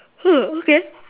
ah okay